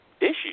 issue